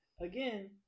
Again